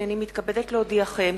הנני מתכבדת להודיעכם,